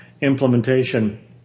implementation